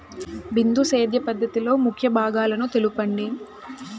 బిందు సేద్య పద్ధతిలో ముఖ్య భాగాలను తెలుపండి?